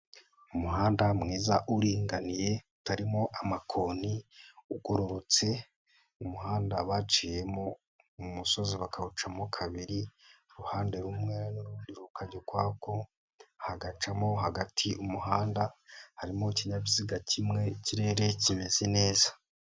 Umuhanda mwiza uringaniye ,utarimo amakoni, ugororotse, mu umuhanda baciyemo umusozi bakawucamo kabiri ,uruhande rumwe n'urundi rukajya ukwarwo, hagacamo hagati umuhanda, harimo ikinyabiziga kimwe ikirere kimeze neza.